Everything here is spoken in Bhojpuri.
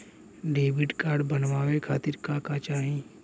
डेबिट कार्ड बनवावे खातिर का का चाही?